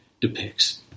depicts